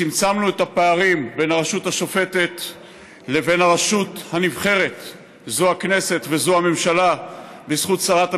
ביצרנו את ביטחון ישראל באמצעות עמדה נחרצת של השר נפתלי בנט